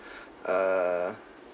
err